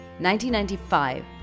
1995